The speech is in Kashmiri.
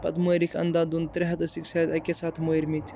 پَتہٕ مٲرِکھ اندھا دوٗن ترٛےٚ ہَتھ ٲسِکھ شاید اَکے ساتہٕ مٲرۍمٕتۍ